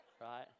right